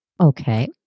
Okay